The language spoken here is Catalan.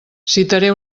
citaré